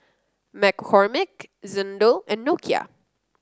McCormick Xndo and Nokia